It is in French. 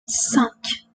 cinq